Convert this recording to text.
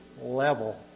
level